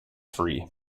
free